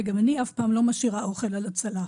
וגם אני אף פעם לא משאירה אוכל על הצלחת.